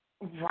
Right